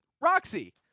Roxy